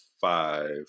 five